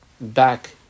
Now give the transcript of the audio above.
back